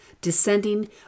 descending